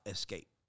Escape